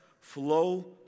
flow